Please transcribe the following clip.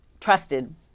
trusted